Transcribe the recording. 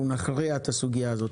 אנחנו נכריע את הסוגיה הזאת.